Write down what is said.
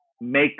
make